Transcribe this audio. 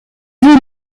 neveu